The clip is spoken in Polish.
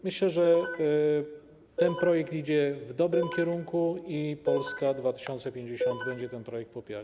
Myślę, że ten projekt idzie w dobrym kierunku i Polska 2050 będzie ten projekt popierać.